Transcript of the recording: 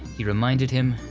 he reminded him,